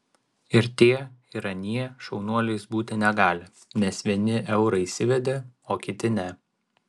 ir tie ir anie šaunuoliais būti negali nes vieni eurą įsivedė o kiti ne